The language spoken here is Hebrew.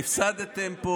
הפסדתם פה